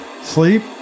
Sleep